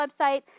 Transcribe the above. website